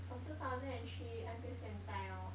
from two thousand and three until 现在 lor